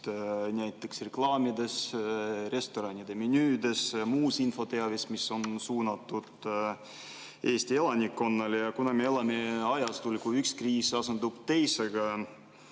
näiteks reklaamides, restoranide menüüdes, muus infos, mis on suunatud Eesti elanikkonnale. Me elame ajastul, kui üks kriis järgneb teisele